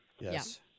yes